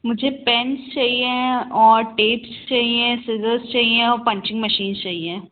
मुझे पेन्स चाहिए टेप्स चाहिए सिजर्स चाहिए और पंचिंग मशीन्स चाहिए